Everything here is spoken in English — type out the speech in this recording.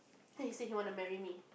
then he say he want to marry me